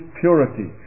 purity